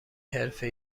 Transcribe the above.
حرفه